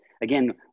again